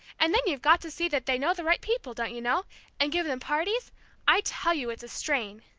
and then you've got to see that they know the right people don't you know and give them parties i tell you it's a strain.